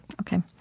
Okay